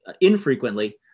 infrequently